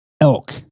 elk